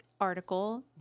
article